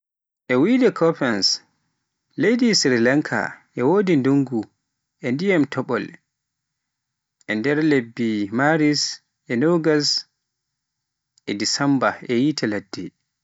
E wiyde Koppens leydi Srilenka, e wodi ndungu e dyiman topol e nder lebbe Maris e Agusta e Desemba e yiite ladde.